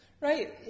right